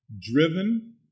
driven